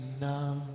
enough